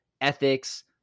ethics—